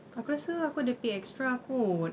aku rasa aku ada pay extra kot